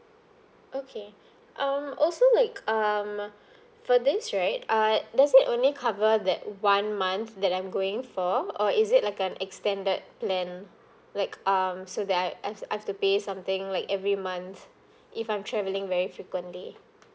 okay um also like um for this right uh does it only cover that one month that I'm going for or is it like an extended plan like um so that I I've I've to pay something like every month if I'm travelling very frequently